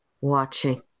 Watching